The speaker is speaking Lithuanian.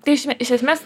tai šme iš esmės